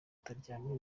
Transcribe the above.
utaryamira